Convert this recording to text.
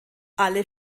alle